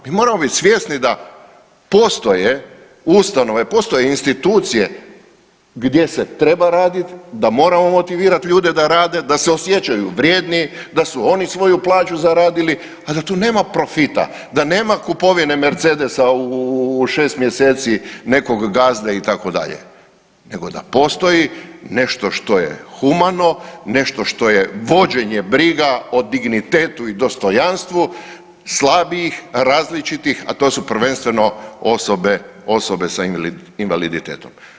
Mi moramo biti svjesni da postoje ustanove, postoje institucije gdje se treba radit, da moramo motivirat ljude da rade da osjećaju vrijedni, da su oni svoju plaću zaradili, a da tu nema profita, da nema kupovine Mercedesa u šest mjeseci nekog gazde itd., nego da postoji nešto što je humano, nešto što je vođenje briga o dignitetu i dostojanstvu slabijih, različitih, a to su prvenstveno osobe s invaliditetom.